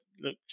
look